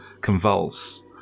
convulse